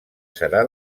serà